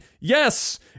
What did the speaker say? yes